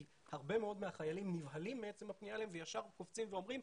כי הרבה מאוד מהחיילים נבהלים מעצם הפנייה אליהם וישר קופצים ואומרים,